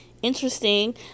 interesting